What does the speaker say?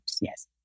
yes